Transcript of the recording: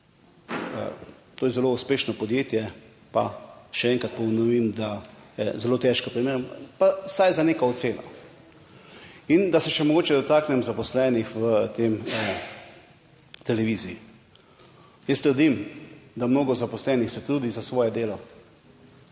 To je zelo uspešno podjetje, pa še enkrat ponovim, da zelo težko primerjamo, pa vsaj za neko oceno. In da se še mogoče dotaknem zaposlenih v tej televiziji. Jaz trdim, da mnogo zaposlenih se trudi za svoje delo,